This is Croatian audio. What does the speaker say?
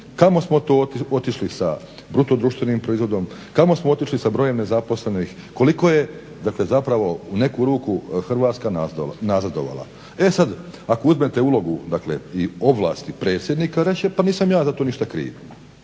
Kamo smo to otišli sa bruto društvenim proizvodom? Kamo smo otišli sa brojem nezaposlenih? Koliko je, dakle zapravo u neku ruku Hrvatska nazadovala. E sad, ako uzmete ulogu, dakle i ovlasti predsjednika reći će pa nisam ja za to ništa kriv,